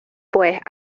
pues